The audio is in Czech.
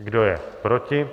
Kdo je proti?